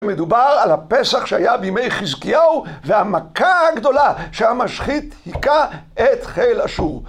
מדובר על הפסח שהיה בימי חזקיהו והמכה הגדולה שהמשחית היכה את חיל אשור.